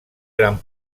gran